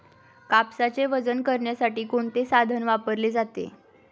कापसाचे वजन करण्यासाठी कोणते साधन वापरले जाते?